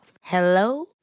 Hello